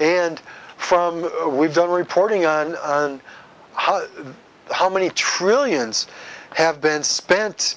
and from we've been reporting on how how many trillions have been spent